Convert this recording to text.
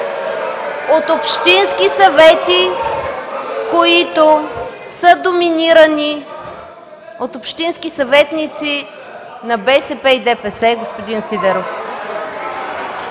от общински съвети, които са доминирани от общински съветници на БСП и ДПС, господин Сидеров.